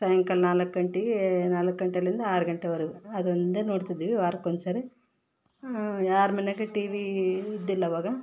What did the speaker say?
ಸಾಯಂಕಾಲ ನಾಲ್ಕು ಗಂಟೆಗೇ ನಾಲ್ಕು ಗಂಟೆಯಿಂದಾ ಆರು ಗಂಟೆವರೆಗು ಅದು ಒಂದೆ ನೋಡ್ತಿದ್ವಿ ವಾರಕ್ಕೆ ಒಂದುಸರಿ ಯಾರ ಮನೆಗೆ ಟಟಿ ವಿ ಇದ್ದಿಲ್ಲ ಅವಾಗ